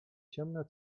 ciemne